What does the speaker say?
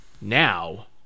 now